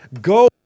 Go